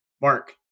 mark